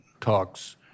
talks